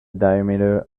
diameter